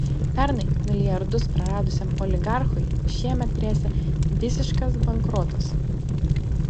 pernai milijardus praradusiam oligarchui šiemet gresia visiškas bankrotas